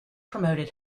promoted